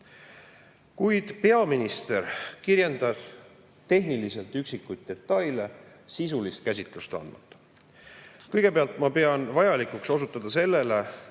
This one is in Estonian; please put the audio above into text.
Kuid peaminister kirjeldas tehniliselt üksikuid detaile, sisulist käsitlust andmata. Kõigepealt ma pean vajalikuks osutada sellele,